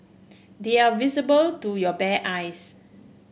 they are visible to your bare eyes